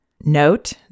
Note